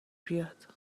بیاد